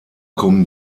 kommen